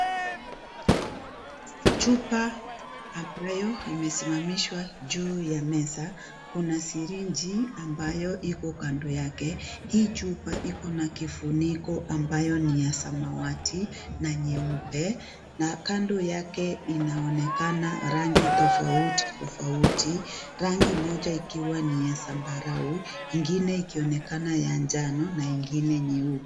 Chupa ambayo imesimamishwa juu ya meza, kuna sirinji ambayo iko kando yake hii chupa iko na kifuniko ambayo ni ya samawati na nyeupe na kando yake inaonekana rangi tofauti tofauti, rangi moja ikiwa ni ya zambarau ingine ikionekana ya njano na ingine nyeupe.